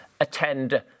attend